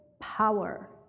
power